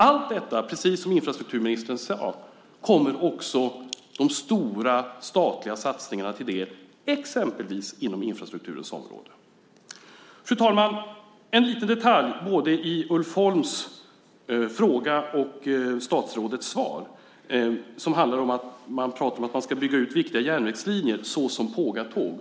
Allt detta kommer, precis som infrastrukturministern sade, även de stora statliga satsningarna till del, exempelvis på infrastrukturens område. Fru talman! En liten detalj både i Ulf Holms fråga och i statsrådet svar handlar om att man ska bygga ut viktiga järnvägslinjer, såsom pågatågen.